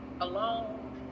alone